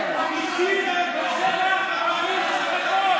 את הדם של שלהבת פס.